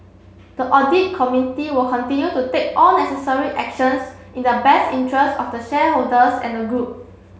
the audit committee will continue to take all necessary actions in the best interest of the shareholders and the group